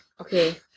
Okay